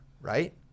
right